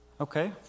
Okay